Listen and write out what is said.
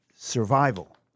Survival